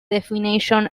definition